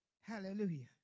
Hallelujah